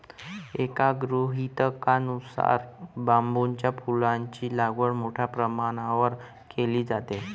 एका गृहीतकानुसार बांबूच्या फुलांची लागवड मोठ्या प्रमाणावर केली जाते